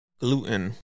Gluten